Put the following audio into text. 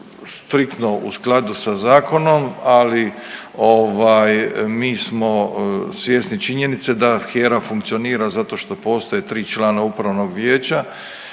striktno u skladu sa zakonom, ali ovaj mi smo svjesni činjenice da HERA funkcionira zato što postoje 3 člana upravnog vijeća